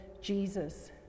Jesus